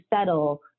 settle